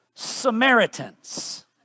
Samaritans